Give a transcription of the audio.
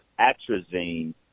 atrazine